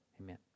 Amen